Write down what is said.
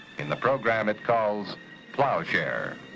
in the program it calls plowshare.